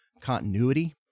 continuity